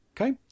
Okay